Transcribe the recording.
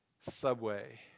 Subway